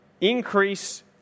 increase